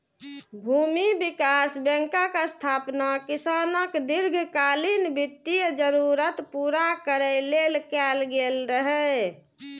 भूमि विकास बैंकक स्थापना किसानक दीर्घकालीन वित्तीय जरूरत पूरा करै लेल कैल गेल रहै